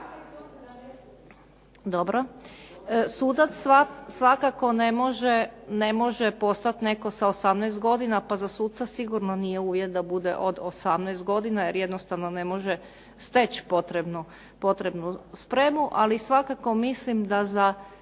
Dobro, sudac svakako ne može postati netko sa 18 godina, pa za suca sigurno nije uvjet da bude od 18 godina jer jednostavno ne može steći potrebnu spremu. Ali, svakako mislim da za